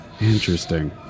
Interesting